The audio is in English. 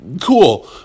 cool